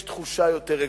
יש תחושה יותר רגועה.